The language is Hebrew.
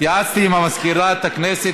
התייעצתי עם מזכירת הכנסת,